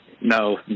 No